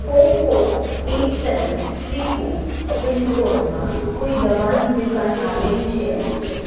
four four eight seven three four પિનકોડમાં કોઈ દવાની દુકાન આવેલી છે